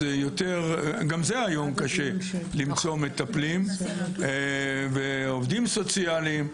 גם זה היום קשה למצוא מטפלים ועובדים סוציאליים.